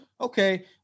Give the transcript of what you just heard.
Okay